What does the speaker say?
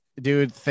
dude